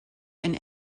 and